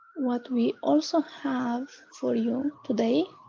what we also have for you, today,